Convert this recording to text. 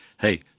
hey